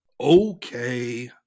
Okay